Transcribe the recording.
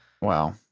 Wow